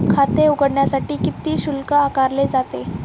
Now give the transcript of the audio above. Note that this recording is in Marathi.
खाते उघडण्यासाठी किती शुल्क आकारले जाते?